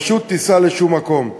פשוט טיסה לשום מקום.